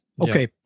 Okay